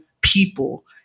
people